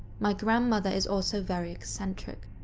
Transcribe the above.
my grandmother is also very eccentric,